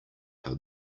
how